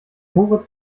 moritz